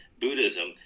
Buddhism